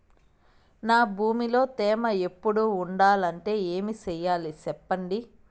నా భూమిలో తేమ ఎప్పుడు ఉండాలంటే ఏమి సెయ్యాలి చెప్పండి?